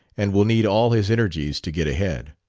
and will need all his energies to get ahead.